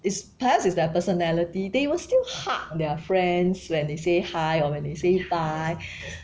it's plus it's their personality they will still hug their friends when they say hi or when they say bye